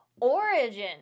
origin